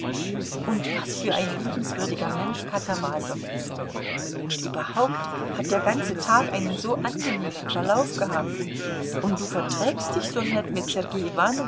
und was für ein liebenswürdiger mensch katawasow ist und überhaupt hat der ganze tag einen so angenehmen verlauf gehabt und du verträgst dich so nett mit sergei